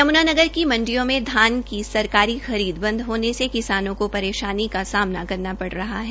यम्नानगर की मंडियों में धान की सरकारी खरीद बंद होने से किसानों को परेशानी का समाना कर पड़ रह है